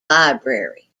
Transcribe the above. library